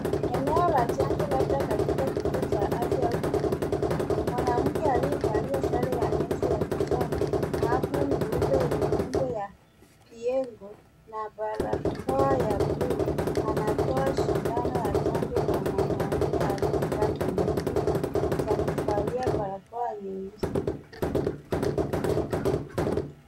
Eneo la chanjo labda katika kituo cha afya au kliniki. Mwanamke aliyevalia sare ya nesi ya kijani na apron nyeupe yenye nembo ya piengo na barakoa ya buluu anatoa sindano ya chanjo kwa mwanaume aliyo kaa kwenye kiti, cha kuvalia barakoa nyeusi.